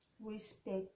respect